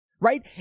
Right